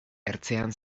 ertzean